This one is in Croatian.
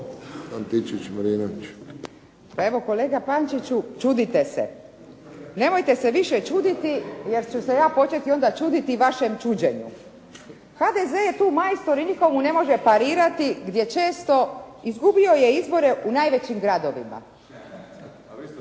Pa evo kolega Pančiću čudite se. Nemojte se više čuditi jer ću se ja početi onda čuditi vašem čuđenju. HDZ je tu majstor i nitko mu ne može parirati gdje često izgubio je izbore u najvećim gradovima.